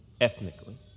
ethnically